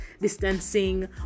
distancing